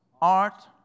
art